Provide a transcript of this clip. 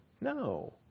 No